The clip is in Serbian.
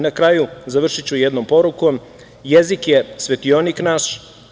Na kraju ću završiti jednom porukom – jezik je svetionik naš.